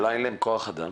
אולי אין להם כוח אדם?